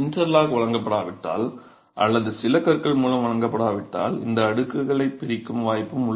interlock வழங்கப்படாவிட்டால் அல்லது சில கற்கள் மூலம் வழங்கப்படாவிட்டால் இந்த அடுக்குகளைப் பிரிக்கும் வாய்ப்பு உள்ளது